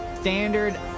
Standard